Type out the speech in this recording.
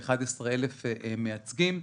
יש כ-11,000 מייצגים.